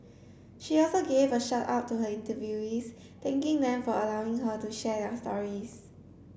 she also gave a shout out to her interviewees thanking them for allowing her to share their stories